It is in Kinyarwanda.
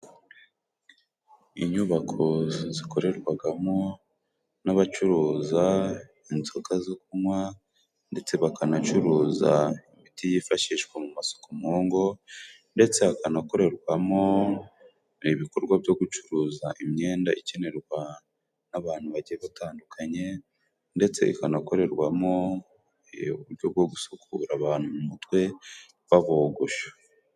Inyubako zikorerwagamo n'abacuruza inzoga zo kunywa ndetse bakanacuruza imiti yifashishwa mu masuku mu ngo ndetse hakanakorerwamo ibikorwa byo gucuruza imyenda ikenerwa n'abantu bagiye batandukanye ndetse ikanakorerwamo uburyo bwo gusukura abantu mu mutwe babogosha.